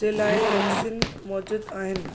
जे लाइ वैक्सीन मौजूद आहिन